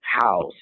house